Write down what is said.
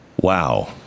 wow